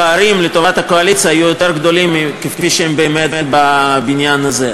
הפערים לטובת הקואליציה היו יותר גדולים מכפי שהם באמת בבניין הזה.